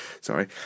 sorry